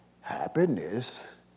happiness